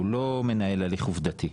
הוא לא מנהל הליך עובדתי,